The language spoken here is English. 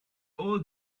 all